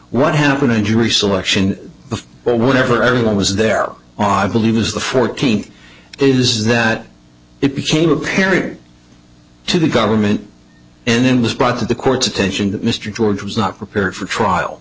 what happened in jury selection but whatever everyone was there on i believe is the fourteenth is that it became apparent to the government and in the spot that the court's attention that mr george was not prepared for trial